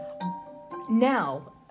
now